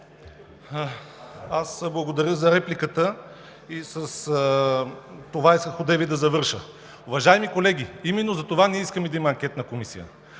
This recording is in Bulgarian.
Благодаря за репликата. С това и исках одеве да завърша. Уважаеми колеги, именно затова ние искаме да има анкетна комисия,